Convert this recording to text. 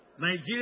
Nigeria